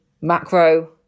macro